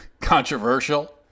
controversial